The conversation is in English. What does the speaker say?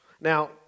Now